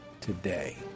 today